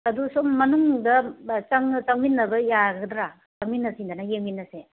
ꯑꯗꯨꯁꯨꯝ ꯃꯅꯨꯡꯗ ꯆꯪ ꯆꯪꯃꯤꯟꯅꯕ ꯌꯥꯒꯗ꯭ꯔꯥ ꯆꯪꯃꯤꯟꯅꯁꯤꯗꯅ ꯌꯦꯡꯃꯤꯟꯅꯁꯦ